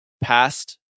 past